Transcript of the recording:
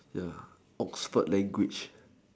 ya Oxford language